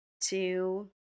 Two